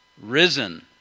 risen